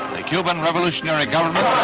the cuban revolutionary government